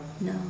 No